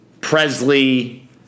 Presley